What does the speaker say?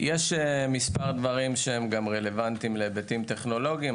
יש מספר דברים שהם רלוונטיים גם להיבטים טכנולוגיים.